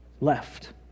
left